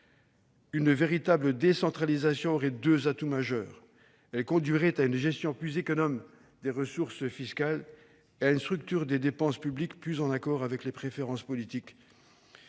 Une véritable décentralisation présenterait deux atouts majeurs. Elle conduirait à une gestion plus économe des ressources fiscales et à une structure des dépenses publiques s'accordant davantage avec les préférences politiques